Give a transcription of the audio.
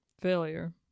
failure